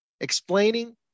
explaining